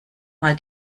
mal